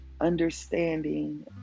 understanding